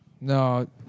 No